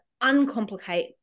uncomplicate